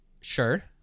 Sure